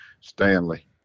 Stanley